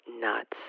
nuts